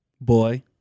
Boy